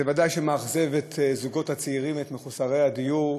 זה ודאי מאכזב את הזוגות הצעירים ואת מחוסרי הדיור,